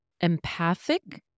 empathic